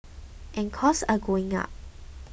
and costs are going up